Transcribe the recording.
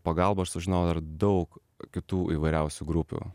pagalba aš sužinojau dar daug kitų įvairiausių grupių